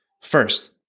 First